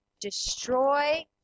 destroy